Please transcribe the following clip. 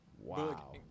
wow